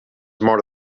mor